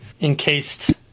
encased